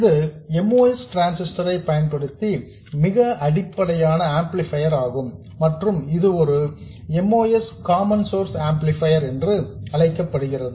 இது MOS transistor ஐ பயன்படுத்தி மிக அடிப்படையான ஆம்ப்ளிபையர் ஆகும் மற்றும் இது ஒரு MOS காமன் சோர்ஸ் ஆம்ப்ளிபையர் என்று அழைக்கப்படுகிறது